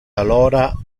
alora